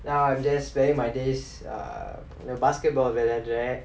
now I'm just planning my this err basketball வெளாடுரே:velaadurae